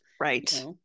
right